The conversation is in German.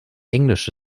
englische